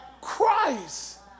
Christ